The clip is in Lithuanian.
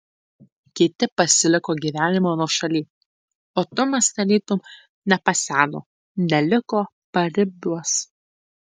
kiti pasiliko gyvenimo nuošaly o tumas tarytum nepaseno neliko paribiuos